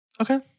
Okay